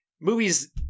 Movies